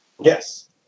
yes